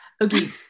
okay